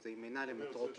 זה ייכנס לסעיף 5. הנוסח יהיה